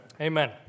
Amen